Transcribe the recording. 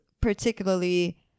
particularly